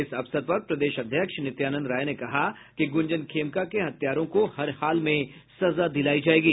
इस अवसर पर प्रदेश अध्यक्ष नित्यानंद राय ने कहा कि गुंजन खेमका के हत्यारों को हर हाल में सजा दिलायी जायेगी